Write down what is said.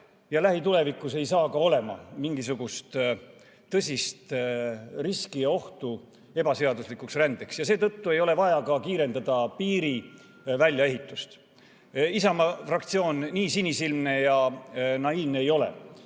ja lähitulevikus ei saa ka olema mingisugust tõsist riski ja ohtu ebaseaduslikuks rändeks ja seetõttu ei ole vaja kiirendada piiri väljaehitamist. Isamaa fraktsioon nii sinisilmne ja naiivne ei ole.